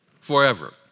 forever